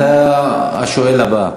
אתה השואל הבא.